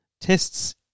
tests